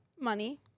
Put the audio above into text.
Money